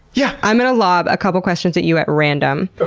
yeah. i'm gonna lob a couple questions at you at random.